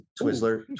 twizzler